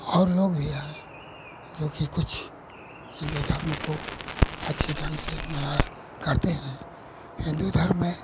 और लोग भी हैं जोकि कुछ हिन्दू धर्म को अच्छी ढ़ंग से मनाया करते हैं हिन्दू धर्म में